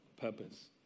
purpose